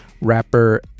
Rapper